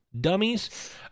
Dummies